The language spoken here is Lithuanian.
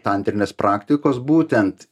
tantrinės praktikos būtent